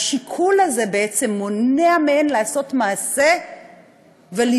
השיקול הזה בעצם מונע מהן לעשות מעשה ולברוח,